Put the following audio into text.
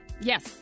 Yes